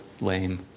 lame